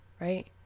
right